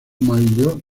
maillot